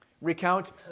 recount